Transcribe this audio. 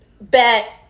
bet